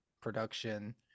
production